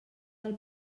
del